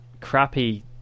crappy